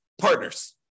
partners